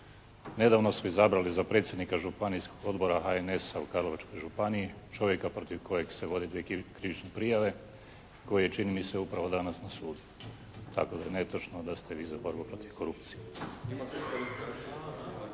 nedavno su izabrali za predsjednika Županijskog odbora HNS-a u Karlovačkoj županiji čovjeka protiv kojeg se vode dvije krivične prijave, koji je čini mi se upravo danas na sudu. Tako da je netočno da ste vi za borbu protiv korupcije.